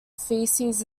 feces